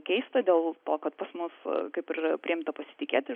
keista dėl to kad pas mus kaip ir yra priimta pasitikėti